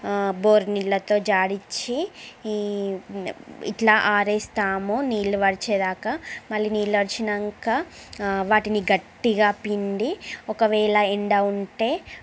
bore నీళ్ళతో జాడిచ్చి ఈ ఇట్లా ఆరేస్తాము నీళ్ళు వడిచేదాక మళ్ళీ నీళ్ళు వడిచినాక వాటిని గట్టిగా పిండి ఒకవేళ ఎండ ఉంటే